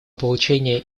получения